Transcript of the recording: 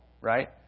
right